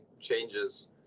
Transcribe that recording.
changes